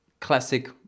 classic